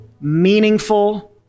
meaningful